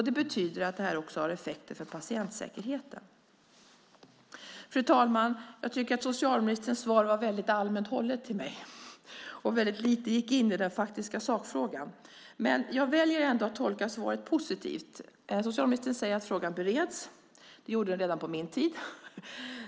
Det betyder att detta också har effekter för patientsäkerheten. Fru talman! Jag tycker att socialministerns svar till mig var väldigt allmänt hållet. Väldigt lite berörde den faktiska sakfrågan. Men jag väljer ändå att tolka svaret positivt. Socialministern säger att frågan bereds. Det gjorde den redan på min tid.